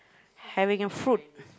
having a fruit